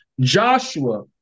Joshua